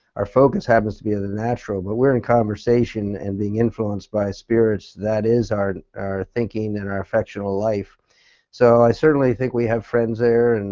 our focus happens to be ah natural but we are in conversation and being infuluence by spirits. that is our our thinking and our affectional life so i certainly think we have friends there. and